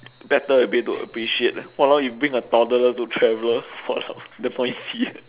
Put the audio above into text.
better a bit to appreciate !walao! you bring a toddler to travel !walao! damn noisy eh